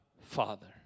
Father